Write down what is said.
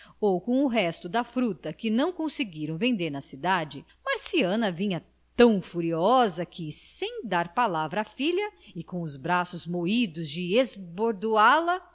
ou com o resto da fruta que não conseguiram vender na cidade marciana vinha tão furiosa que sem dar palavra à filha e com os braços moídos de esbordoá la